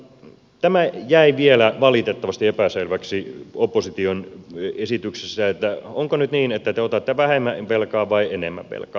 tämä jäi vielä valitettavasti epäselväksi opposition esityksessä että onko nyt niin että te otatte vähemmän velkaa vai enemmän velkaa